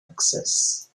access